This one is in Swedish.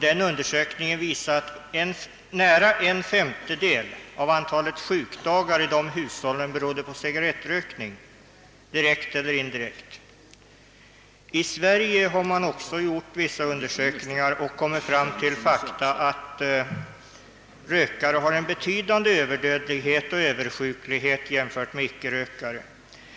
Den undersökningen visar att nära en femtedel av antalet sjukdagar i dessa hus håll berodde direkt eller indirekt på cigarrettrökning. I Sverige har man också gjort vissa undersökningar och kommit fram till att rökare har en betydande överdödlighet och översjuklighet jämfört med icke rökare.